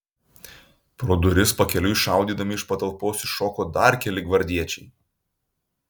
pro duris pakeliui šaudydami iš patalpos iššoko dar keli gvardiečiai